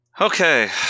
Okay